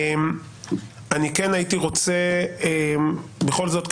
כן הייתי רוצה בכל זאת,